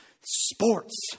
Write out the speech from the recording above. sports